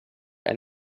and